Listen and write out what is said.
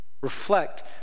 Reflect